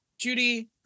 Judy